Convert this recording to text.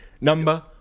number